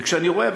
וכשאני רואה,